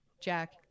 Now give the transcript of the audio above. Jack